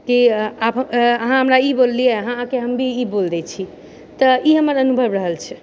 की अहाँ हमरा ई बोललियै हँ अहाँकेँ हम भी ई बोल दै छी तऽ ई हमर अनुभव रहल छै